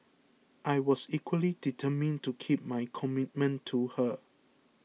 I was equally determined to keep my commitment to her